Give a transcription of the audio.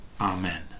Amen